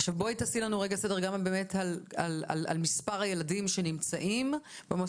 עכשיו בואי תעשי לנו רגע סדר גם על מספר הילדים שנמצאים במוסדות,